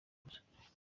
gusa